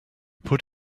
put